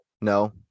no